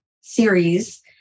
series